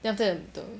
then after that the